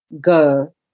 go